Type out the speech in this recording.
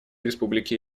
республики